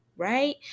Right